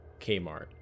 Kmart